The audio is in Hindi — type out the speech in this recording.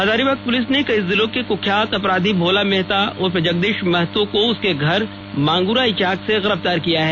हजारीबाग पुलिस के कई जिलों के कुख्यात अपराधी भोला मेहता उर्फ जगदीश महतो को उसके घर मांगुरा इचाक से गिरफ्तार किया है